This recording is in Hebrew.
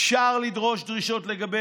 אפשר לדרוש דרישות לגבי